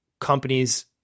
companies